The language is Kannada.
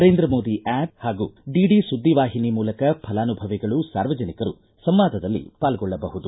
ನರೇಂದ್ರ ಮೋದಿ ಆ್ಯಪ್ ಹಾಗೂ ಡಿಡಿ ಸುದ್ದಿ ವಾಹಿನಿ ಮೂಲಕ ಫಲಾನುಭವಿಗಳು ಸಾರ್ವಜನಿಕರು ಸಂವಾದದಲ್ಲಿ ಪಾಲ್ಗೊಳ್ಳಬಹುದು